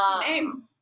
name